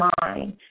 mind